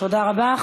תודה רבה.